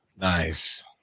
Nice